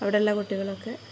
അവിടെയുള്ള കുട്ടികളൊക്കെ